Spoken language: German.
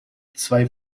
zwei